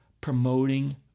promoting